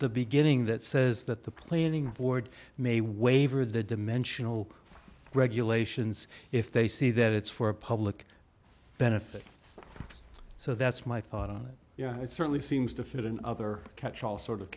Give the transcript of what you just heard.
the beginning that says that the planning ford may waiver the dimensional regulations if they see that it's for public benefit so that's my thought on it yeah it certainly seems to fit in other catchall sort of